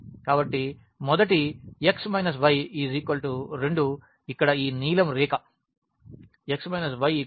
కాబట్టి మొదటి x y 2 ఇక్కడ ఈ నీలం రేఖ x y 2 ను ఇస్తుంది